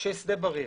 של שדה בריר.